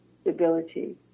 stability